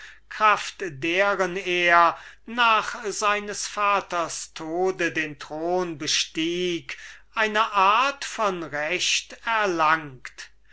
kraft deren er nach seines vaters tode den thron bestieg eine art von recht erlangt